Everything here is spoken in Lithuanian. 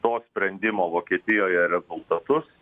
to sprendimo vokietijoje rezultatus